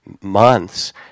months